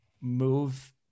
move